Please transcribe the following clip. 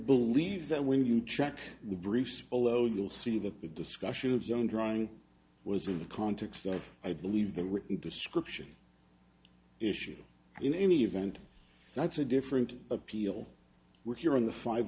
believe that when you check the briefs below you'll see that the discussion of zone drawing was in the context of i believe the written description issue in any event that's a different appeal we're here on the five